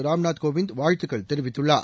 ராம்நாத் கோவிந்த வாழ்த்துக்கள் தெரிவித்துள்ளார்